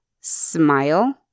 smile